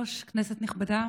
אדוני היושב-ראש, כנסת נכבדה,